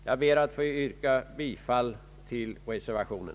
Jag ber att få yrka bifall till reservationen.